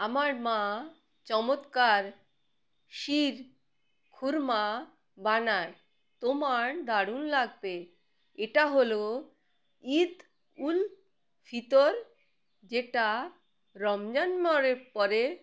আমার মা চমৎকার শির খুরমা বানায় তোমার দারুণ লাগবে এটা হলো ঈদ উল ফিতর যেটা রমজান মাসের পরে